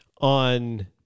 on